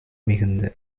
மிகுந்த